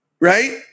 right